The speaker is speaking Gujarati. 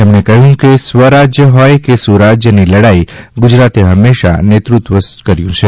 તેમણે કહ્યું કે સ્વરાજ્ય હોય કે સુરાજ્યની લડાઈ ગુજરાતે ફંમેશા નેતૃત્વ કર્યું છે